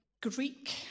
Greek